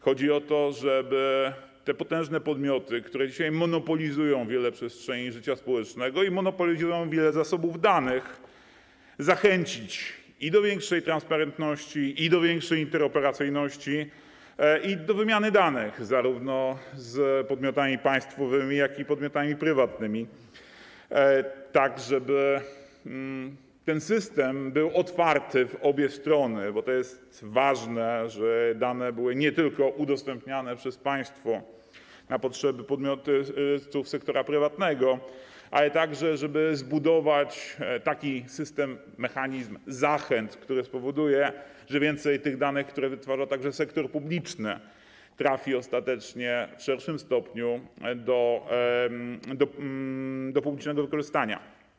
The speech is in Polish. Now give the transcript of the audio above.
Chodzi o to, żeby te potężne podmioty, które dzisiaj monopolizują wiele przestrzeni życia społecznego i monopolizują wiele zasobów danych, zachęcić i do większej transparentności, i do większej interoperacyjności, i do wymiany danych zarówno z podmiotami państwowymi, jak i z podmiotami prywatnymi, tak żeby ten system był otwarty w obie strony, bo to jest ważne nie tylko dlatego, żeby dane były udostępniane przez państwo na potrzeby podmiotów sektora prywatnego, ale także dlatego, żeby zbudować taki system, mechanizm zachęt, który spowoduje, że więcej tych danych, które wytwarza także sektor publiczny, trafi ostatecznie w szerszym stopniu do publicznego wykorzystania.